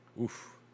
Oof